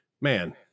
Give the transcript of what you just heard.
man